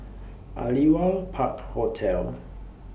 Aliwal Park Hotel